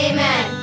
Amen